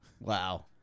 wow